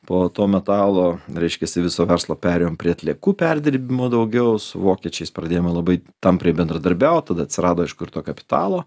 po to metalo reiškiasi viso verslo perėjom prie atliekų perdirbimo daugiau su vokiečiais pradėjome labai tampriai bendradarbiaut tada atsirado iš karto kapitalo